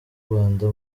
rwanda